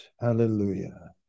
Hallelujah